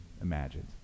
imagined